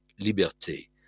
liberté